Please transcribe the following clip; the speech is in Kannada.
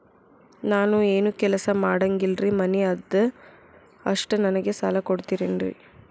ನಾನು ಏನು ಕೆಲಸ ಮಾಡಂಗಿಲ್ರಿ ಮನಿ ಅದ ಅಷ್ಟ ನನಗೆ ಸಾಲ ಕೊಡ್ತಿರೇನ್ರಿ?